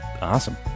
Awesome